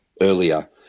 earlier